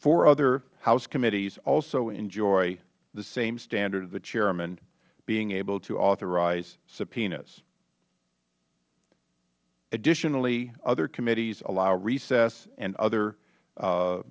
four other house committees also enjoy the same standard of the chairman being able to authorize subpoenas additionally other committees allow recess and other